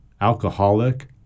alcoholic